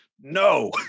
No